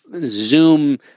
zoom